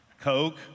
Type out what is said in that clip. Coke